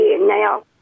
now